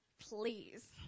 please